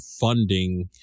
funding